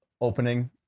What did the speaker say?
opening